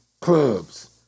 clubs